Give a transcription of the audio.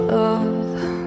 love